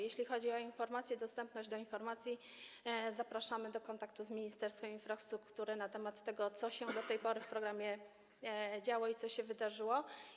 Jeśli chodzi o informacje, dostęp do informacji, to zapraszamy do kontaktu z Ministerstwem Infrastruktury w sprawie tego, co się do tej pory w programie działo i co się wydarzyło.